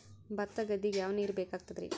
ಭತ್ತ ಗದ್ದಿಗ ಯಾವ ನೀರ್ ಬೇಕಾಗತದರೀ?